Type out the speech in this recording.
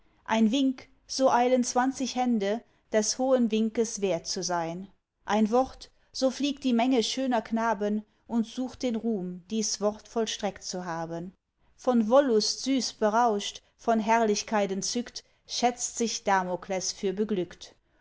ein wink so eilen zwanzig hände des hohen winkes wert zu sein ein wort so fliegt die menge schöner knaben und sucht den ruhm dies wort vollstreckt zu haben von wollust süß berauscht von herrlichkeit entzückt schätzt sich damokles für beglückt